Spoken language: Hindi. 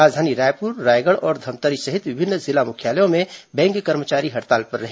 राजधानी रायपुर रायगढ़ और धमतरी सहित विभिन्न जिला मुख्यालयों में बैंक कर्मचारी हड़ताल पर रहे